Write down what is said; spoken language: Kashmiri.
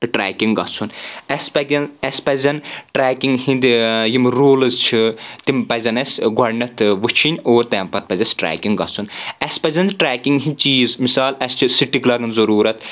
ٹریکنگ گژھُن اَسہِ پکیٚن اسہِ پَزن ٹریکنگ ہٕنٛدۍ یِم روٗلٕز چھِ تِم پَزن اَسہِ گۄڈنٮ۪تھ وٕچھِنۍ اور تمہِ پتہٕ پزِ اَسہِ ٹریکنگ گژھُن اَسہِ پزن ٹریکنگ ہِٕنٛدۍ چیٖز مثال اَسہِ چھِ سِٹِک لگان ضروٗرت